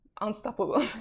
unstoppable